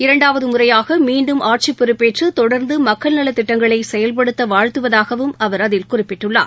இரண்டாவது முறையாக மீண்டும் ஆட்சி பொறுப்பேற்று தொடர்ந்து மக்கள் நலத்திட்டங்களை செயல்படுத்த வாழ்த்துவதாகவும் அவா் அதில் குறிப்பிட்டுள்ளார்